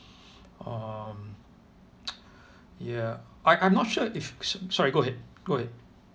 um yeah I I'm not sure if so~ sorry go ahead go ahead